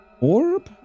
orb